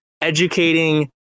educating